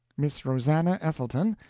miss rosannah ethelton,